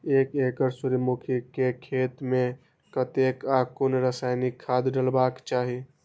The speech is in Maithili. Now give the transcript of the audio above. एक एकड़ सूर्यमुखी केय खेत मेय कतेक आ कुन रासायनिक खाद डलबाक चाहि?